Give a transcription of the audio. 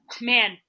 man